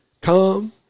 come